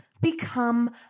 become